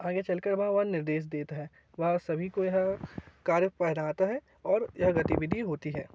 आगे चलके वह वह निर्देश देता है वह सभी को यह कार्य पर आता है और यह गतिविधि होती है